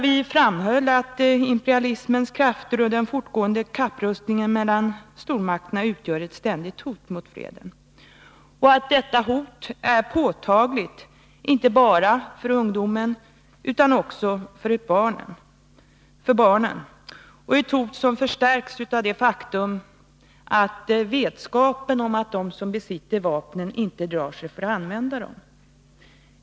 Vi framhöll att imperalismens krafter och den fortgående kapprustningen mellan stormakterna utgör ett ständigt hot mot freden, ett hot som är påtagligt inte bara för ungdomen utan också för barnen och som förstärks av det faktum att det finns en vetskap om att de som besitter vapnen inte drar sig för att använda dem.